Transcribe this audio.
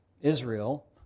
Israel